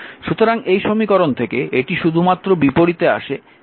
সুতরাং এই সমীকরণ থেকে এটি শুধুমাত্র বিপরীতে আসে যে RlrmΔ 3 RYlrm